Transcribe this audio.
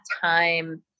time